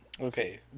Okay